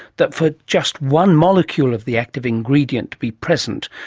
that for just one molecule of the active ingredient to be present,